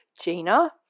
Gina